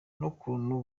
n’ukuntu